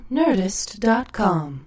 nerdist.com